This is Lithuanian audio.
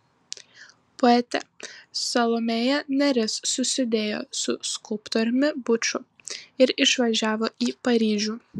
poetė salomėja nėris susidėjo su skulptoriumi buču ir išvažiavo į paryžių